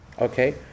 Okay